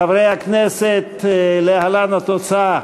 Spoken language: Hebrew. חברי הכנסת, להלן התוצאה: